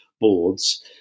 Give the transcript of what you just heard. boards